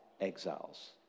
exiles